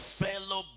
fellow